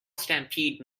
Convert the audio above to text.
stampede